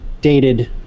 dated